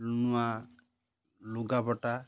ନୂଆ ଲୁଗାପଟା